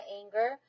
anger